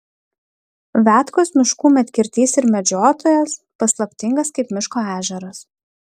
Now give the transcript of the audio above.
viatkos miškų medkirtys ir medžiotojas paslaptingas kaip miško ežeras